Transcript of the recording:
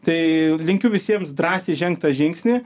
tai linkiu visiems drąsiai žengt tą žingsnį